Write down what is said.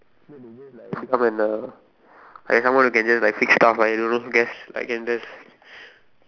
make the world like someone who can just like fix stuff like I don't know guess I can just